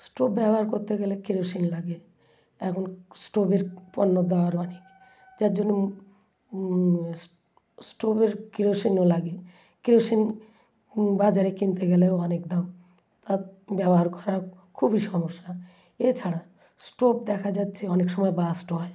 stove ব্যবহার করতে গেলে কেরোসিন লাগে এখন স্টোবের পণ্য দেওয়ার অনেক যার জন্য স্টোবের কেরোসিনও লাগে কেরোসিন বাজারে কিনতে গেলেও অনেক দাম তা ব্যবহার করা খুবই সমস্যা এছাড়া স্টোব দেখা যাচ্ছে অনেক সময় বার্স্ট হয়